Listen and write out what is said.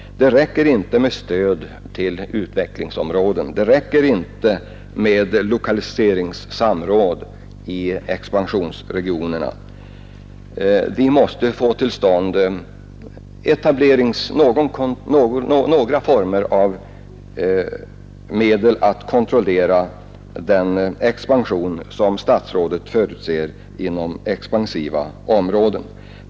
Det räcker inte med stöd till utvecklingsområden, det räcker inte med lokaliseringssamråd i expansionsregionerna. Vi måste ha medel att kontrollera den expansion som statsrådet förutser inom expansiva områden.